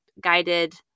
guided